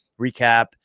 recap